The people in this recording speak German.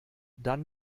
dann